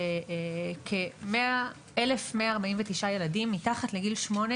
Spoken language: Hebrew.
מצאנו שכ-1,149 ילדים מתחת לגיל שמונה